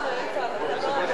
מתחרה.